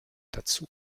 dazu